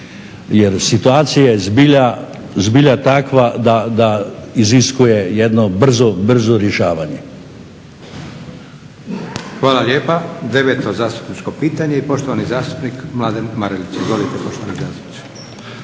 jer situacija je zbilja takva da iziskuje jedno brzo rješavanje. **Leko, Josip (SDP)** Hvala lijepa. Deveto zastupničko pitanje i poštovani zastupnik Mladen Marelić. Izvolite poštovani zastupniče.